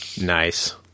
Nice